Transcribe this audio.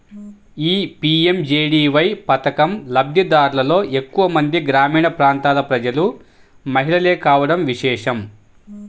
ఈ పీ.ఎం.జే.డీ.వై పథకం లబ్ది దారులలో ఎక్కువ మంది గ్రామీణ ప్రాంతాల ప్రజలు, మహిళలే కావడం విశేషం